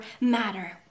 matter